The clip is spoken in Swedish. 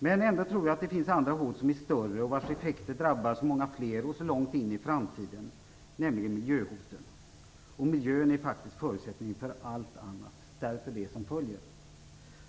Men ändå tror jag att det finns andra hot som är större och vilkas effekter drabbar så många fler och så långt in i framtiden, nämligen miljöhoten. Och miljön är faktiskt förutsättningen för allt annat.